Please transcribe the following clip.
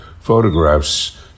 photographs